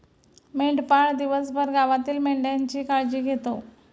मेंढपाळ दिवसभर गावातील मेंढ्यांची काळजी घेतो